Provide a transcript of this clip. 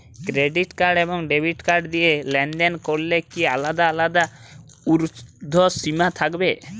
Credit card এবং debit card দিয়ে লেনদেন করলে কি আলাদা আলাদা ঊর্ধ্বসীমা থাকবে?